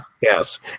yes